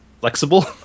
flexible